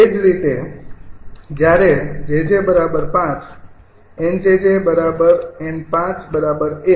એ જ રીતે જ્યારે 𝑗𝑗 ૫ 𝑁𝑗𝑗𝑁૫૧